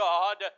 God